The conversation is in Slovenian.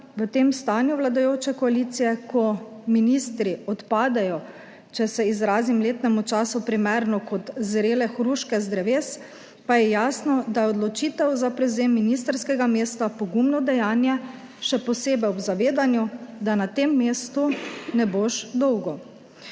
V tem stanju vladajoče koalicije, ko ministri odpadejo, če se izrazim letnemu času primerno, kot zrele hruške z dreves, pa je jasno, da je odločitev za prevzem ministrskega mesta pogumno dejanje, še posebej ob zavedanju, da na tem mestu ne boš dolgo.